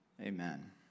amen